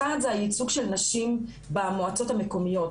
אחד זה הייצוג של נשים במועצות המקומיות.